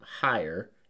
higher